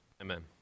Amen